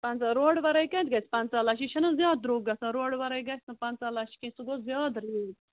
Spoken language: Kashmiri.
اہن حظ آ روڈٕ ورٲے کَتہِ گژھِ پنٛژاہ لَچھ یہِ چھُنہٕ حظ زیادٕ درٛوگ گژھان روڈٕ وَرٲے گژھنہٕ پنٛژاہ لَچھ کیٚنٛہہ سُہ گوٚو زیادٕ رینٛج